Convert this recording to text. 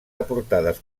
aportades